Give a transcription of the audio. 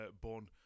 born